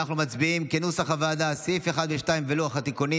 אנחנו מצביעים על סעיפים 1 ו-2 כנוסח הוועדה ועל לוח התיקונים.